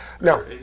No